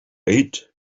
eat